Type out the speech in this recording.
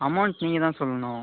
amount நீங்கள்தான் சொல்லணும்